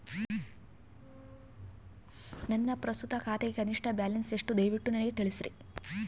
ನನ್ನ ಪ್ರಸ್ತುತ ಖಾತೆಗೆ ಕನಿಷ್ಠ ಬ್ಯಾಲೆನ್ಸ್ ಎಷ್ಟು ಎಂದು ದಯವಿಟ್ಟು ನನಗೆ ತಿಳಿಸ್ರಿ